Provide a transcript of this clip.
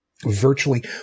virtually –